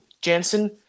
jansen